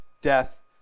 death